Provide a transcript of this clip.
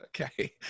Okay